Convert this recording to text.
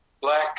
black